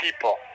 people